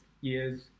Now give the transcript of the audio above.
years